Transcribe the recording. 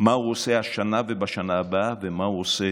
מה הוא עושה השנה ובשנה הבאה, ומה הוא עושה